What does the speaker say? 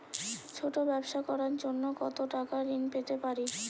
ছোট ব্যাবসা করার জন্য কতো টাকা ঋন পেতে পারি?